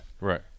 Right